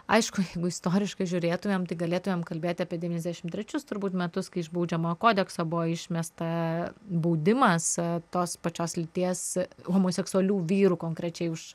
aišku jeigu istoriškai žiūrėtumėm tai galėtumėm kalbėti apie devyniasdešimt trečius turbūt metus kai iš baudžiamojo kodekso buvo išmesta baudimas tos pačios lyties homoseksualių vyrų konkrečiai už